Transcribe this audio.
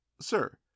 Sir